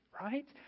Right